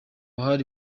hari